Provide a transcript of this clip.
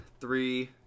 Three